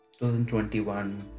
2021